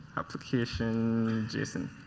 application json.